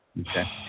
Okay